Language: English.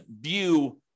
view